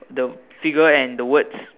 the figure and the words